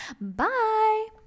bye